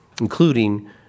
Including